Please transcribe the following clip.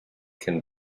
can